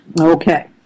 Okay